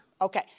Okay